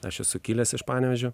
aš esu kilęs iš panevėžio